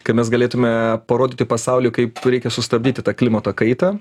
kad mes galėtume parodyti pasauliui kaip reikia sustabdyti tą klimato kaitą